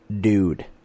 dude